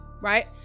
right